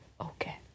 okay